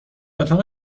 اتاق